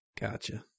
Gotcha